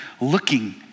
looking